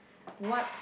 what